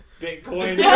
Bitcoin